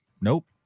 Nope